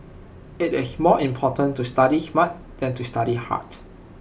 IT is more important to study smart than to study hard